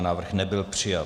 Návrh nebyl přijat.